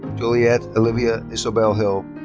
juliette olivia isobel hill.